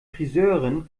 friseurin